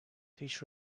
teach